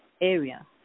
area